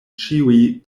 ĉiuj